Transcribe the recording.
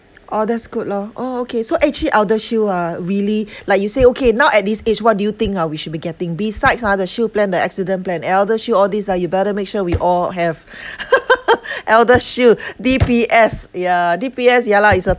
orh that's good lor oh okay so actually eldershield ah really like you say okay now at this age what do you think ah we should be getting besides ah the shield plan the accident plan eldershield all these ah you better make sure we all have eldershield D_P_S yeah D_P_S ya lah it's a